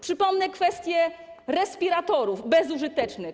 Przypomnę kwestię respiratorów - bezużytecznych.